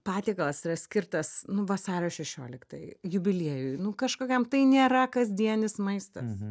patiekalas yra skirtas nu vasario šešioliktai jubiliejui nu kažkokiam tai nėra kasdienis maistas